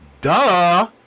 duh